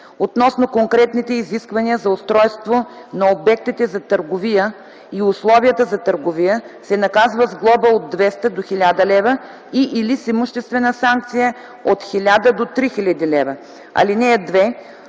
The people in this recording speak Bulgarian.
относно конкретните изисквания за устройство на обектите за търговия и условията за търговия, се наказва с глоба от 200 до 1000 лв. и/или с имуществена санкция от 1000 до 3000 лв. (2)